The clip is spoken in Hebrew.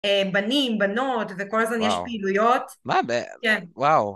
בנים, בנות, וכל הזמן יש פעילויות. מה? כן, וואו.